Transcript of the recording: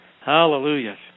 Hallelujah